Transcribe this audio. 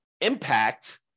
impact